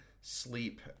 sleep